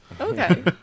okay